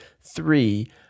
three